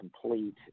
complete